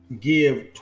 give